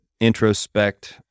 introspect